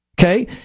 Okay